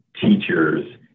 teachers